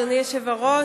אדוני היושב-ראש,